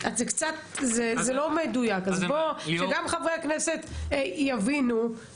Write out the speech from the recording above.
זה לא מדויק, אז שגם חברי הכנסת יבינו.